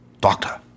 Doctor